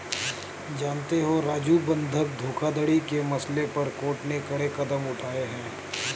जानते हो राजू बंधक धोखाधड़ी के मसले पर कोर्ट ने कड़े कदम उठाए हैं